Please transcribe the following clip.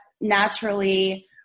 naturally